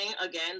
again